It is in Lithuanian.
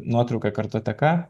nuotrauką kartoteka